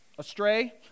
astray